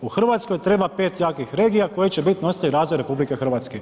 U Hrvatskoj treba pet jakih regija koje će biti nositelji razvoja RH.